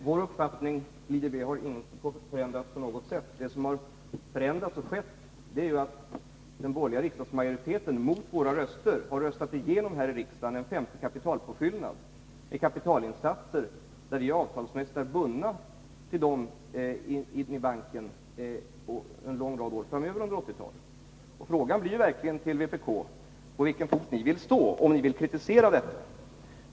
Herr talman! Först vill jag för Eva Hjelmström framhålla att vår uppfattning om IDB inte har förändrats på något sätt. Det som har förändrats är att den borgerliga riksdagsmajoriteten, trots vårt motstånd, här i riksdagen har röstat igenom en femte kapitalpåfyllnad, kapitalinsatser som innebär att vi under en lång rad år framöver under 1980-talet avtalsmässigt är bundna till banken. Frågan till vpk blir då på vilken fot ni vill stå, om ni vill kritisera detta.